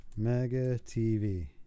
Megatv